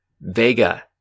Vega